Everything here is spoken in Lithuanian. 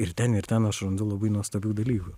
ir ten ir ten aš randu labai nuostabių dalykų